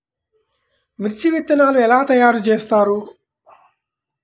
మిర్చి విత్తనాలు ఎలా తయారు చేస్తారు?